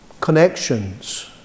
connections